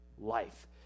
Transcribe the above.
life